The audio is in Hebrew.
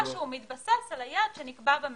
אני מניחה שהוא מתבסס על היעד שנקבע בממשלה